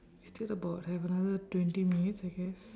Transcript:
we still about have another twenty minutes I guess